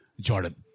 Jordan